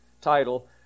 title